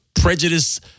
prejudice